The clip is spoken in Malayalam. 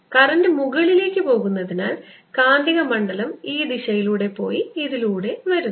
കറന്റ് മുകളിലേക്ക് പോകുന്നതിനാൽ കാന്തികമണ്ഡലം ഈ ദിശയിലൂടെ പോയി ഇതിലൂടെ വരുന്നു